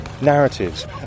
narratives